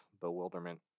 bewilderment